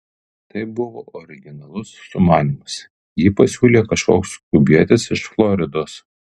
tai buvo originalus sumanymas jį pasiūlė kažkoks kubietis iš floridos